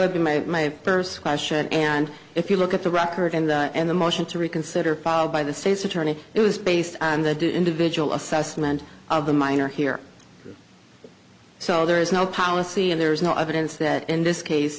would be my first question and if you look at the record and the motion to reconsider by the state's attorney it was based on the individual assessment of the minor here so there is no policy and there is no evidence that in this case